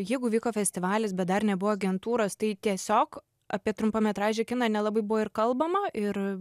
jeigu vyko festivalis bet dar nebuvo agentūros tai tiesiog apie trumpametražį kiną nelabai buvo ir kalbama ir